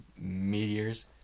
meteors